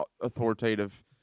authoritative